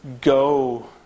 go